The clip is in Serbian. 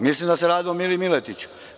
Mislim da se radilo o Miliji Miletiću.